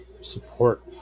support